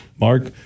Mark